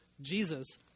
Jesus